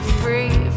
free